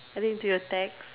I think to your text